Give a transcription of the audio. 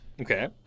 Okay